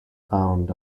found